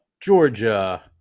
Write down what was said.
Georgia